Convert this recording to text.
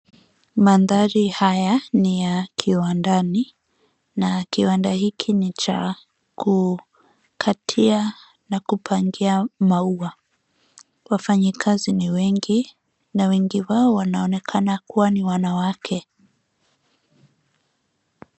Mandhari haya ni ya kiwandani na kiwanda hiki ni cha kukatia na kupangia maua. Wafanyikazi ni wengi na wengi wao wanaonekana kuwa wanawake.